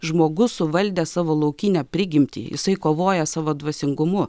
žmogus suvaldęs savo laukinę prigimtį jisai kovoja savo dvasingumu